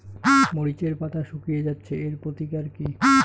মরিচের পাতা শুকিয়ে যাচ্ছে এর প্রতিকার কি?